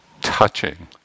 touching